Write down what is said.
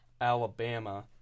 Alabama